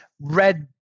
red